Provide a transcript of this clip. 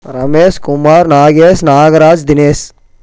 Ramesh Kumar Nagesh Nagaraj Dinesh